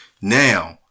now